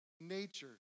nature